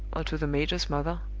or to the major's mother,